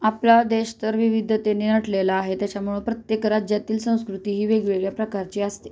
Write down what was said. आपला देश तर विविधतेने नटलेला आहे त्याच्यामुळं प्रत्येक राज्यातील संस्कृती ही वेगवेगळ्या प्रकारची असते